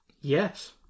Yes